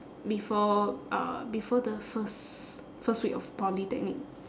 before uh before the first first week of polytechnic